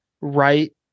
right